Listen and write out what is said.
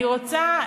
אני רוצה,